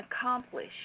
accomplish